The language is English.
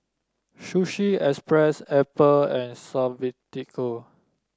Sushi Express Apple and Suavecito